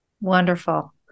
wonderful